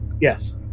Yes